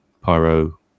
pyro